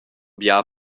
bia